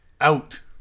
out